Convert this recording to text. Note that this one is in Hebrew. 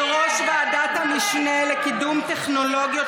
היא ראש ועדת המשנה לקידום טכנולוגיות